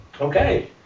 Okay